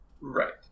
Right